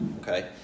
Okay